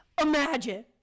imagine